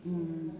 mm